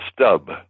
stub